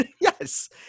Yes